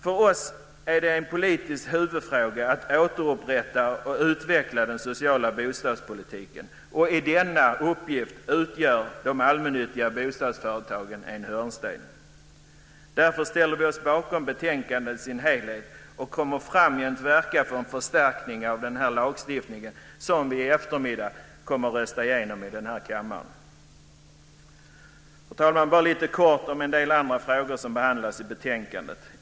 För oss är det en politiska huvudfråga att återupprätta och utveckla den sociala bostadspolitiken, och i denna uppgift utgör de allmännyttiga bostadsföretagen en hörnsten. Därför ställer vi oss bakom betänkandet i dess helhet och kommer framgent att verka för en förstärkning av den lagstiftning som vi i eftermiddag kommer att rösta igenom här i kammaren. Fru talman! Bara lite kort om en del andra frågor som behandlas i betänkandet.